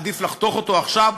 עדיף לחתוך אותו עכשיו,